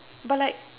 but like